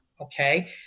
Okay